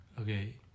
okay